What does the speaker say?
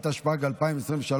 התשפ"ג 2023,